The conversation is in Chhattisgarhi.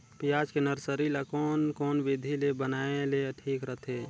पियाज के नर्सरी ला कोन कोन विधि ले बनाय ले ठीक रथे?